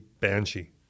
Banshee